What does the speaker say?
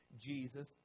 Jesus